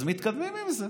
אז מתקדמים עם זה.